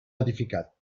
edificat